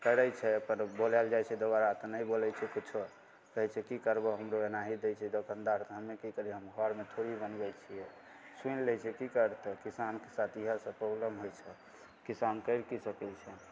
करै छै अपन बोलैले जाइ छै दोबारा तऽ नहि बोलै छै किछु कहै छै कि करबहो हमरो एनाहि दै छै दोकानदार तऽ हमे कि करिए घरमे थोड़ी बनबै छिए सुनि लै छै कि करतै किसानके साथ इएहसब प्रॉब्लम होइ छै किसान करि कि सकै छै